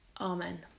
Amen